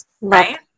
right